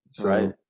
Right